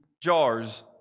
jars